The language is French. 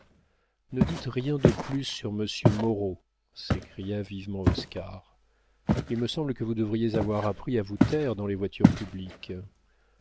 ne dites rien de plus sur monsieur moreau s'écria vivement oscar il me semble que vous devriez avoir appris à vous taire dans les voitures publiques